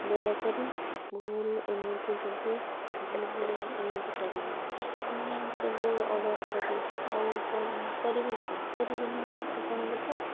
ଦୟାକରି ଭୁଲ୍ ଏମିତି ଯଦି ଯିଏ ବି ଏମିତି କରିବେନି ମୁଁ କେବେ ଅର୍ଡ଼ର କରି ଆଉ କରିବେ କି କରିବେନି ନା ଆପଣଙ୍କ ଠୁ